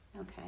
Okay